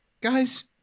guys